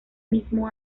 mismo